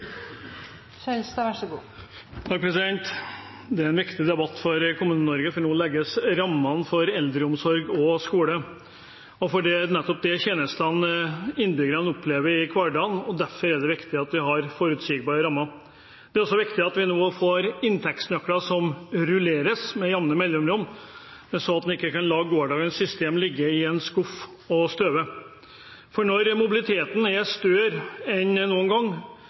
tjenestene innbyggerne opplever i hverdagen, og derfor er det viktig at vi har forutsigbare rammer. Det er også viktig at vi nå får inntektsnøkler som rulleres med jamne mellomrom, så man ikke kan la gårsdagens system ligge i en skuff og støve. Når mobiliteten er større enn noen gang,